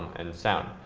and sound.